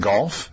Golf